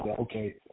okay